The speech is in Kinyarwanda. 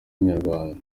inyarwanda